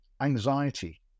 anxiety